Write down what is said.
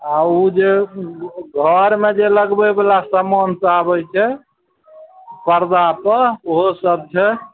आओर उ जे घरमे जे लगबयवला सामान सब आबय छै परदापर ओहो सब छै